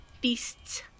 Beasts